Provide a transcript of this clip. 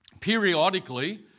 periodically